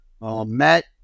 Matt